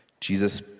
Jesus